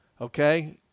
okay